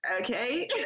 okay